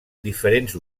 diferents